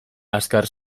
azkar